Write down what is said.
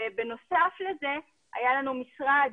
בנוסף לזה היה לנו משרד,